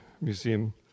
museum